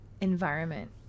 environment